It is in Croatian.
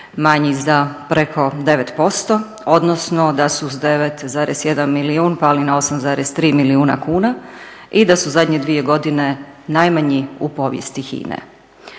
manji za preko 9% odnosno da su s 9,1 milijun pali na 8,3 milijuna kuna i da su zadnje dvije godine najmanji u povijesti HINA-e.